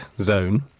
zone